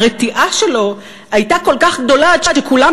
הרתיעה שלו הייתה כל כך גדולה עד שכולם